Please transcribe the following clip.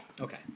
Okay